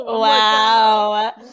Wow